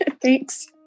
Thanks